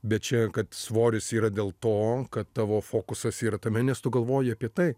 bet čia kad svoris yra dėl to kad tavo fokusas yra tame nes tu galvoji apie tai